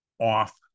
off